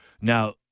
Now